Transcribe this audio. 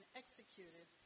executed